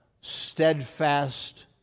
Steadfast